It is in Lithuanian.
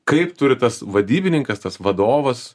kaip turi tas vadybininkas tas vadovas